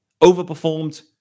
Overperformed